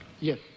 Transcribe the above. Yes